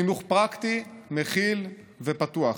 חינוך פרקטי, מכיל ופתוח,